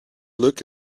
look